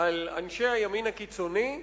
על אנשי הימין הקיצוני,